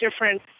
different